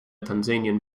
tanzanian